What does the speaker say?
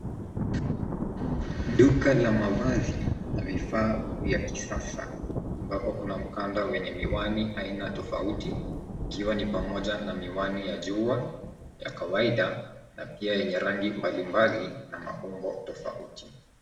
Duka la mavazi na vifaa vya kisasa ambapo kuna mkanda wa miwani aina tofauti ikiwa pamoja na miwani ya jua, ya kawaida na pia yenye rangi mbalimbali na maumbo tofauti.